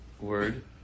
word